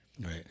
Right